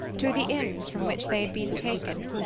to the inns from which they had been taken.